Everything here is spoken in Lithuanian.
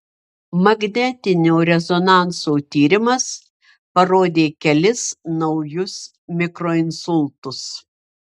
magnetinio rezonanso tyrimas parodė kelis naujus mikroinsultus